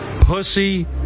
Pussy